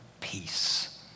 peace